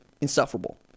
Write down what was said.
insufferable